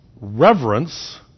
reverence